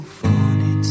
funny